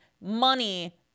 money